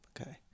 okay